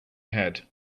had